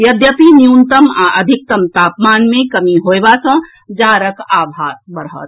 यद्यपि न्यूनतम आ अधिकतम तापमान मे कमी होयबा सॅ जाड़क आभास बढ़त